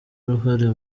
uruhare